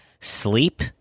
sleep